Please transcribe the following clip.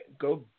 go